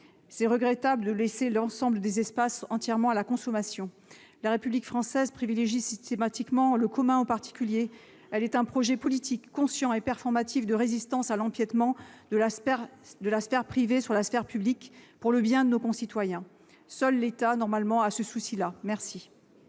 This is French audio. est regrettable d'abandonner l'ensemble de ces espaces à la consommation. La République française privilégie systématiquement le commun par rapport au particulier. Elle est un projet politique conscient et performatif de résistance à l'empiètement de la sphère privée sur la sphère publique, pour le bien de nos concitoyens. Seul l'État, normalement, a ce souci-là. La